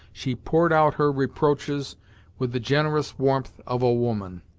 she poured out her reproaches with the generous warmth of a woman.